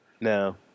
No